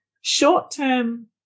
short-term